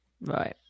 Right